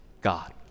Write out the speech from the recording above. God